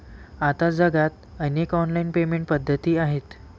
आता जगात अनेक ऑनलाइन पेमेंट पद्धती आहेत